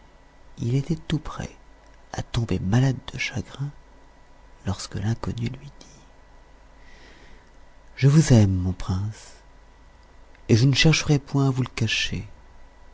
il était tout prêt à tomber malade de chagrin lorsque l'inconnue lui dit je vous aime mon prince et je ne chercherai point à vous le cacher